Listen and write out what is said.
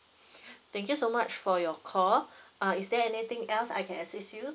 thank you so much for your call uh is there anything else I can assist you